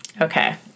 Okay